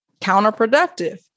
counterproductive